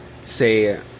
say